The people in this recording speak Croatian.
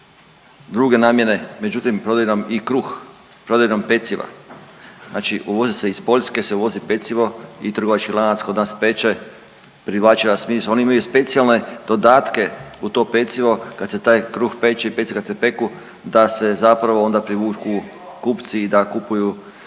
druge namjene međutim provjerom i kruh, provjerom peciva znači uvozi se iz Poljske se uvozi pecivo i trgovački lanac kod nas peče …/Govornik se ne razumije./… oni imaju specijalne dodatke u to pecivo kad se taj kruh peče i peciva kad se peku da se zapravo onda privuku kupci i da kupuju